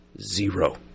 zero